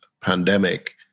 pandemic